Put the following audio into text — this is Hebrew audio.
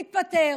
תתפטר,